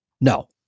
no